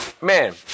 Man